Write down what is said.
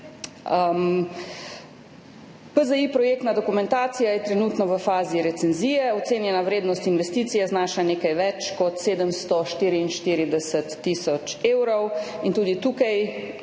Projektna dokumentacija PZI je trenutno v fazi recenzije, ocenjena vrednost investicije znaša nekaj več kot 744 tisoč evrov in tudi tukaj